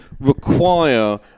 require